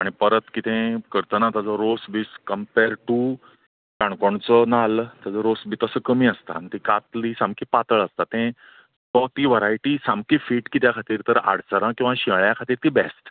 आनी परत कितें करतना ताचो रोस बीस कंपॅर्ड टू काणकोणचो नाल्ल ताचो रोस बी तसो कमी आसता आनी ती कातली सामकी पातळ आसता तें तो ती वरायटी सामकी फीट कित्या खातीर तर आडसरां किंवां शिंयाळ्या खातीर ती बॅश्ट